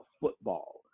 football